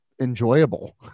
enjoyable